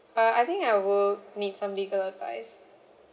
uh I think I will need some legal advice